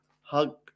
hug